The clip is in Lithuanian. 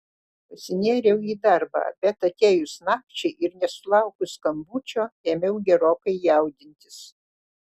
pasinėriau į darbą bet atėjus nakčiai ir nesulaukus skambučio ėmiau gerokai jaudintis